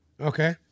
Okay